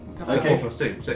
Okay